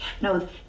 No